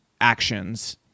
actions